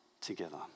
together